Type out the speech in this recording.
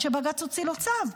עד שבג"ץ הוציא לו צו.